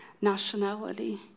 nationality